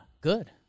Good